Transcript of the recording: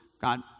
God